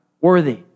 worthy